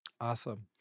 Awesome